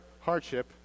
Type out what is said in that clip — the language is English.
Hardship